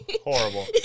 horrible